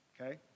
okay